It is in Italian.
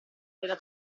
della